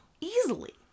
Easily